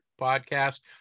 podcast